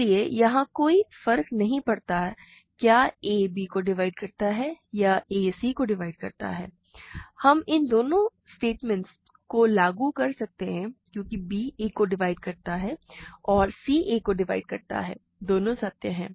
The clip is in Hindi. इसलिए यहां कोई फर्क नहीं पड़ता कि क्या a b को डिवाइड करता है या a c को डिवाइड करता है हम इन दोनों स्टेटमेंट्स को लागू कर सकते हैं क्योंकि b a को डिवाइड करता है और c a को डिवाइड करता है दोनों सत्य हैं